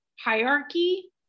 hierarchy